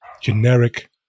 generic